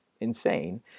insane